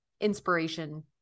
inspiration